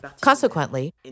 Consequently